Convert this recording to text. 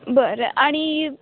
बरं आणि